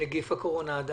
נגיף הקורונה.